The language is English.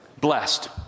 blessed